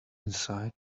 inside